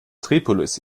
tripolis